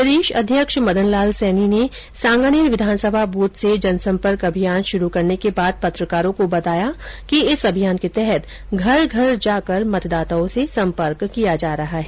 प्रदेश अध्यक्ष मदन लाल सैनी ने सांगानेर विधानसभा ब्रथ से जनसंपर्क अभियान शुरू करने के बाद पत्रकारों को बताया कि इस अभियान के तहत घर घर जाकर मतदाताओं से संपर्क किया जा रहा है